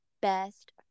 best